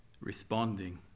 responding